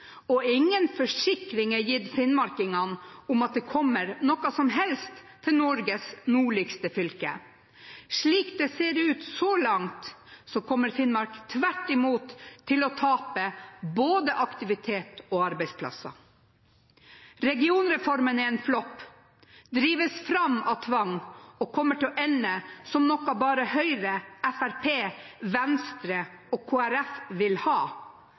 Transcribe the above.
og ingen forsikring er gitt finnmarkingene om at det kommer noe som helst til Norges nordligste fylke. Slik det ser ut så langt, kommer Finnmark tvert imot til å tape både aktivitet og arbeidsplasser. Regionreformen er en flopp, drives fram av tvang og kommer til å ende som noe bare Høyre, Fremskrittspartiet, Venstre og Kristelig Folkeparti vil ha,